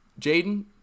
Jaden